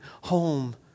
Home